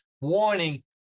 warning